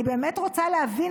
אני באמת רוצה להבין,